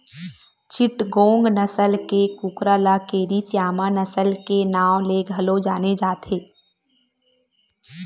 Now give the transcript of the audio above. चिटगोंग नसल के कुकरा ल केरी स्यामा नसल के नांव ले घलो जाने जाथे